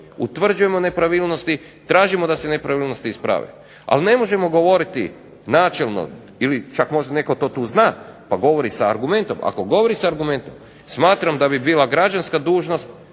utvrđujemo nepravilnosti, tražimo da se nepravilnosti isprave ali ne možemo govoriti načelno, ili čak možda netko to tu zna pa govori sa argumentom, ako govori sa argumentom smatram da bi bila građanska dužnost